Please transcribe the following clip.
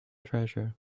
treasure